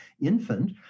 infant